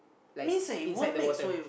like inside the water